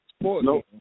no